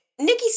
Nikki